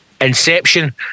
Inception